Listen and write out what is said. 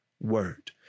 word